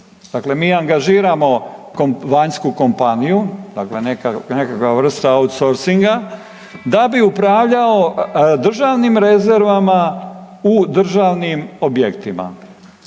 Dakle, mi angažiramo vanjsku kompaniju, dakle nekakva vrsta otusorsinga da bi upravljao državnim rezervama u državnim objektima.